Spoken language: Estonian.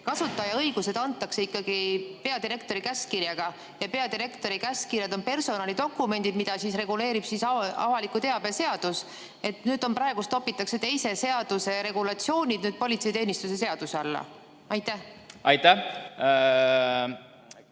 kasutajaõigused antakse peadirektori käskkirjaga ja peadirektori käskkirjad on personalidokumendid, mida reguleerib avaliku teabe seadus. Praegu topitakse teise seaduse regulatsioonid politseiteenistuse seaduse alla. Aitäh! Kõik